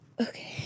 Okay